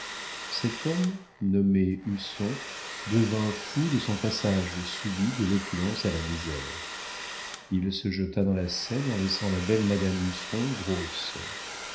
cet homme nommé husson devint fou de son passage subit de l'opulence à la misère il se jeta dans la seine en laissant la belle madame husson grosse